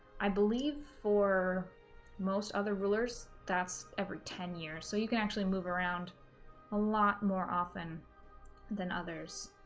i believe for most other rulers that's every ten years, so you can actually move around a lot more often than others.